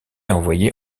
envoyés